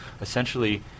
essentially